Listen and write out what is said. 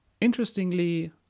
Interestingly